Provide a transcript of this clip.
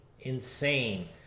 insane